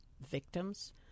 victims—